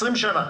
לפני 20 שנים.